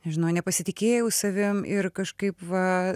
nežinau nepasitikėjau savim ir kažkaip va